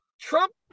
Trump